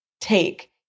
take